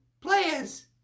players